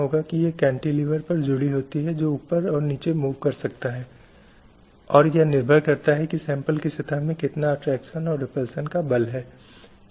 पुरुषों के जैसे समान रूप से पारिवारिक भत्ते प्राप्त करने का अधिकार इसलिए कई अन्य में से ये कुछ ऐसे क्षेत्र हैं जहां संयुक्त राष्ट्र या अंतर्राष्ट्रीय निकाय राज्य निकायों का ध्यान आकर्षित करना चाहते थे